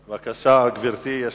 בבקשה, גברתי.